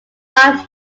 are